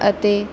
ਅਤੇ